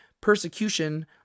persecution